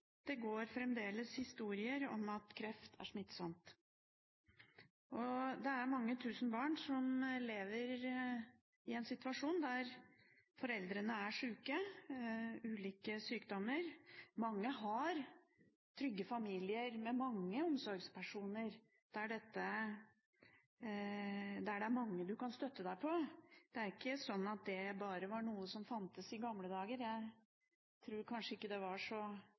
fremdeles går historier om at kreft er smittsomt. Det er mange tusen barn som lever i en situasjon der foreldrene er syke i ulike sykdommer. Mange har trygge familier med mange omsorgspersoner, der det er mange man kan støtte seg på. Det er ikke slik at det bare var noe som fantes i gamle dager. Jeg tror kanskje ikke det var så